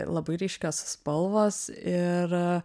labai ryškios spalvos ir